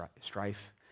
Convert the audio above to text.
strife